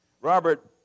Robert